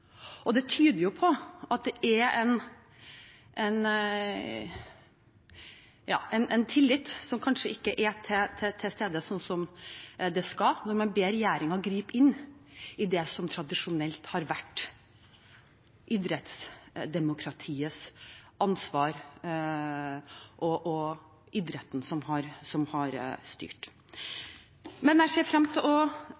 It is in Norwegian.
Det tyder på at tilliten kanskje ikke er til stede som den skal når man ber regjeringen gripe inn i det som tradisjonelt har vært idrettsdemokratiets ansvar, og som idretten har styrt. Jeg ser fram til å følge debatten videre og det som